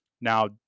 Now